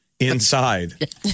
Inside